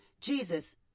Jesus